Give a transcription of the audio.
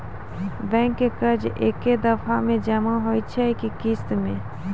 Bank के कर्जा ऐकै दफ़ा मे जमा होय छै कि किस्तो मे?